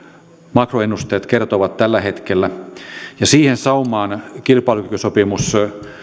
makroennusteet kertovat tällä hetkellä siihen saumaan kilpailukykysopimus